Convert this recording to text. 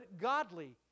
godly